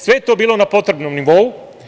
Sve je to bilo na potrebnom nivou.